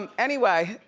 um anyway,